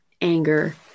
anger